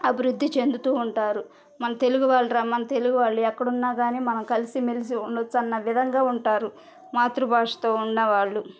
అభివృద్ధి చెందుతూ ఉంటారు మన తెలుగు వాళ్ళు ర మన తెలుగు వాళ్ళు ఎక్కడున్నా కానీ మనం కలిసి మెలిసి ఉండొచ్చు అన్న విధంగా ఉంటారు మాతృభాషతో ఉన్నవాళ్ళు